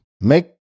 make